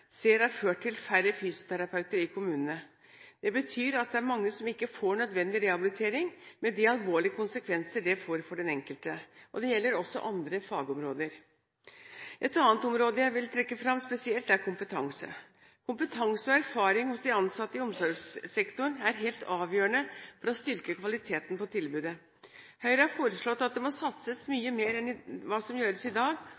ser har ført til færre fysioterapeuter i kommunene. Det betyr at det er mange som ikke får nødvendig rehabilitering, med de alvorlige konsekvenser det får for den enkelte. Det gjelder også på andre fagområder. Et annet område jeg vil trekke fram spesielt, er kompetanse: Kompetanse og erfaring hos de ansatte i omsorgssektoren er helt avgjørende for å styrke kvaliteten på tilbudet. Høyre har foreslått at det må satses mye mer enn hva som gjøres i dag,